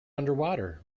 underwater